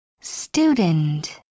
Student